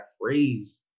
phrase